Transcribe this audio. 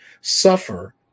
suffer